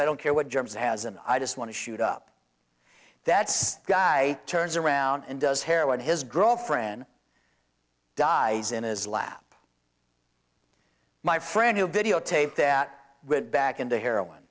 i don't care what germs has and i just want to shoot up that's guy turns around and does heroin his girlfriend dies in his lap my friend who videotaped that with back into heroin